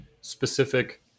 specific